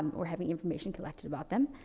or having information collected about them,